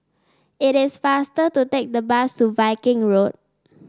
it is faster to take the bus to Viking Road